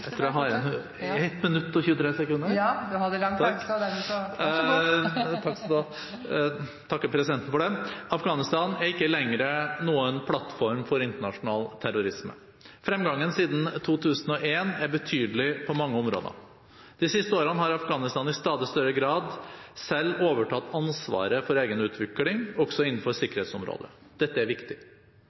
er ikke lenger noen plattform for internasjonal terrorisme. Fremgangen siden 2001 er betydelig på mange områder. De siste årene har Afghanistan i stadig større grad selv overtatt ansvaret for egenutvikling, også innenfor sikkerhetsområdet. Dette er viktig.